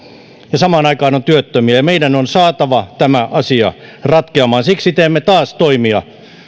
ja samaan aikaan on työttömiä meidän on saatava tämä asia ratkeamaan siksi teemme taas toimia